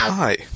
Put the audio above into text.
Hi